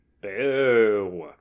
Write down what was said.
Boo